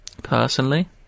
personally